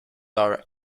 are